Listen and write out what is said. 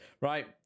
Right